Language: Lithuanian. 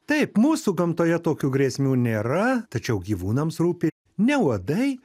taip mūsų gamtoje tokių grėsmių nėra tačiau gyvūnams rūpi ne uodai